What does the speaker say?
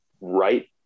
right